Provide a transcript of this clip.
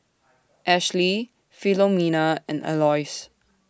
Ashlie Filomena and Aloys